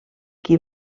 qui